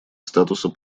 статуса